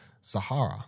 Sahara